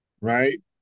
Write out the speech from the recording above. Right